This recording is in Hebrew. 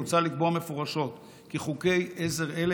מוצע לקבוע מפורשות כי חוקי עזר אלה